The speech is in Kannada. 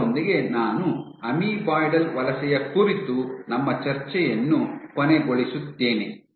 ಅದರೊಂದಿಗೆ ನಾನು ಅಮೀಬಾಯ್ಡಲ್ ವಲಸೆಯ ಕುರಿತು ನಮ್ಮ ಚರ್ಚೆಯನ್ನು ಕೊನೆಗೊಳಿಸುತ್ತೇನೆ